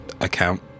account